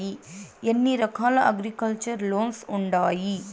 ఎన్ని రకాల agriculture loans ఉండాయి